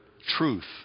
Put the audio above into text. truth